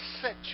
set